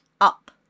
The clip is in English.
up